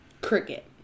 Cricket